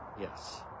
Yes